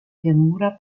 pianura